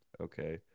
Okay